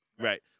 Right